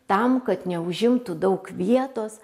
tam kad neužimtų daug vietos